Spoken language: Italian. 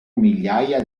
migliaia